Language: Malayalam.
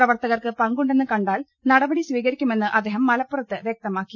പ്രവർത്തകർക്ക് പങ്കു ണ്ടെന്ന് കണ്ടാൽ നടപടി സ്വീകരിക്കുമെന്ന് അദ്ദേഹം മലപ്പുറത്ത് വ്യക്തമാക്കി